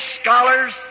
scholars